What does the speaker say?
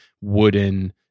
wooden